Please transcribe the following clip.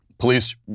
Police